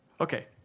Okay